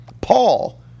Paul